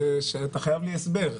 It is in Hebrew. אתה חייב לי הסבר,